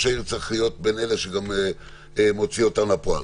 העיר צריך להיות בין אלה שגם מוציא אותן לפועל.